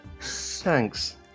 Thanks